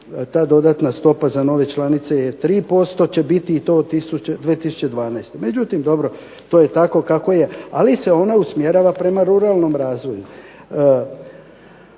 ta dodatna stopa za nove članice će biti 3% i to 2012. međutim dobro to je tako kako je. Ali se ona usmjerava prema ruralnom razvoju.